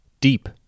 deep